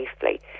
safely